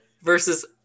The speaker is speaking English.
versus